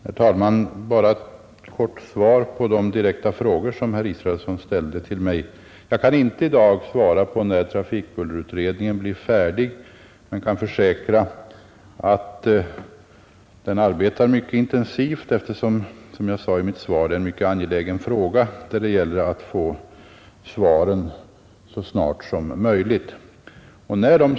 Herr talman! Bara ett kort svar på de direkta frågor som herr Israelsson ställde till mig. Jag kan inte i dag svara på när trafikbullerutredningen blir färdig men kan försäkra att den arbetar mycket intensivt, eftersom — som jag sade i mitt svar — det är en mycket angelägen fråga, där det gäller att få svaren så snart som möjligt.